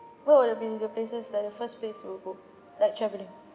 what will it be the places like the first place you'll go like travelling